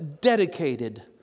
dedicated